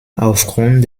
aufgrund